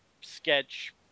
sketch